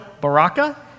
Baraka